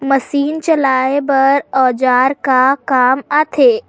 Machine चलाए बर औजार का काम आथे?